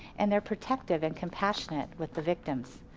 and they're protective and compassionate with the victims.